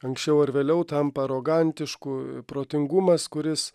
anksčiau ar vėliau tampa arogantišku protingumas kuris